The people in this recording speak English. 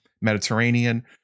mediterranean